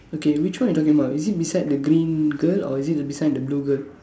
okay which one you talking about is it beside the green girl or is it the beside the blue girl